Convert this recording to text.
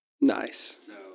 Nice